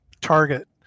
Target